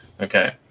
okay